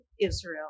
Israel